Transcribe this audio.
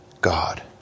God